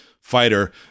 fighter